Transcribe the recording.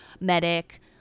medic